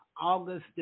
August